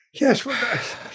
yes